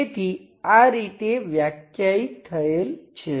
તેથી આ રીતે વ્યાખ્યાયિત થયેલ છે